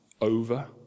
over